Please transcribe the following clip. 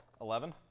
Eleven